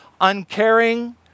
uncaring